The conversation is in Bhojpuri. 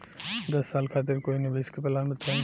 दस साल खातिर कोई निवेश के प्लान बताई?